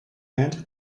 hand